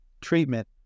treatment